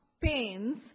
pains